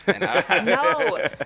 No